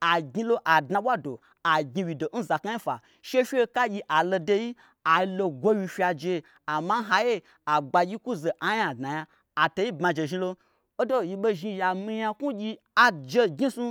Agnyilo adnaɓwa do agnyi wyido nzaknai fwa shefye kagyi alodeyi alo gwowyi fyaje amma n haiye agbagyi kwuze anya adna nya atei bmajezhnilon odo yiɓei zhni yami nyaknwugyi aje gnyisnu